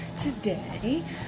today